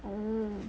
oh